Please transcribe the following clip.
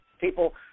people